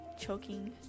choking